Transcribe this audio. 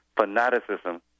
fanaticism